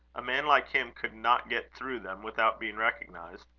a man like him could not get through them without being recognised.